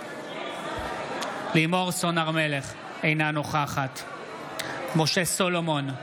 לימור סון הר מלך, אינה נוכחת משה סולומון,